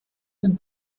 than